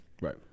Right